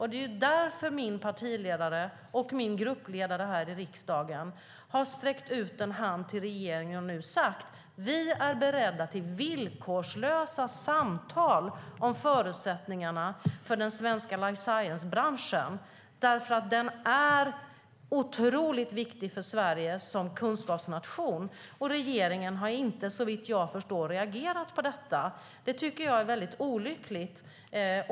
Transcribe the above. Det är därför min partiledare och min gruppledare i riksdagen har sträckt ut en hand till regeringen och sagt att vi är beredda till villkorslösa samtal om förutsättningarna för den svenska life science-branschen eftersom den är otroligt viktig för Sverige som kunskapsnation. Men regeringen har inte såvitt jag förstår reagerat på detta. Det är olyckligt.